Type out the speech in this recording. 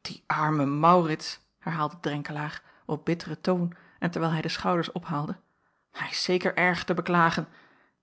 die arme maurits herhaalde drenkelaer op bitteren toon en terwijl hij de schouders ophaalde hij is zeker erg te beklagen